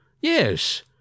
Yes